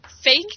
fake